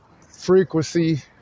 Frequency